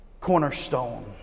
cornerstone